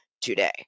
today